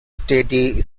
steady